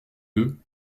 deux